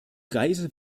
reise